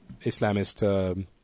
Islamist